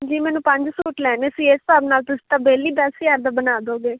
ਜੀ ਮੈਨੂੰ ਪੰਜ ਸੂਟ ਲੈਣੇ ਸੀ ਇਸ ਹਿਸਾਬ ਨਾਲ ਤੁਸੀਂ ਤਾਂ ਬਿੱਲ ਹੀ ਦਸ ਹਜ਼ਾਰ ਦਾ ਬਣਾ ਦੋਗੇ